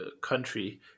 country